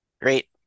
Great